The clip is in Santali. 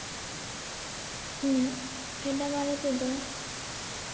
ᱤᱧᱟᱹᱜ ᱯᱷᱮᱰᱟ ᱵᱟᱨᱮ ᱛᱮᱫᱚ